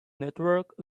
network